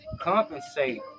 compensate